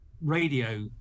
radio